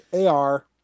AR